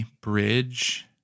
Bridge